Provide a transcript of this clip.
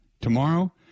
Tomorrow